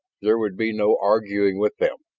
there would be no arguing with them.